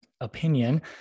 opinion